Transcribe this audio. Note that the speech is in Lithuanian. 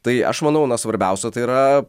tai aš manau na svarbiausia tai yra